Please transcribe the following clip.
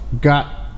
got